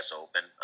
open